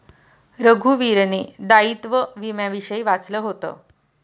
रघुवीरने दायित्व विम्याविषयी वाचलं होतं